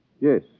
Yes